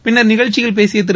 பின்னர் நிகழ்ச்சியில் பேசிய திரு